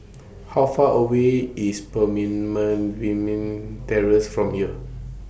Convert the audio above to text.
How Far away IS Terrace from here